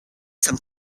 some